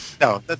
no